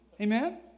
Amen